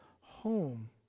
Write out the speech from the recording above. home